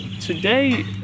today